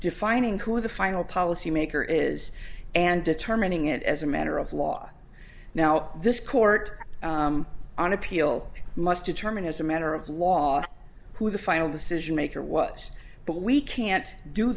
defining who the final policy maker is and determining it as a matter of law now this court on appeal must determine as a matter of law who the final decision maker was but we can't do